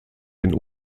den